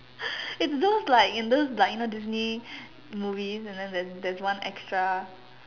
it those like in those like you know Disney movie and then there there's one extra